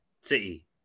city